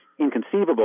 inconceivable